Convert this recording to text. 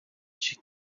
she